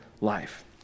life